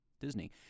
Disney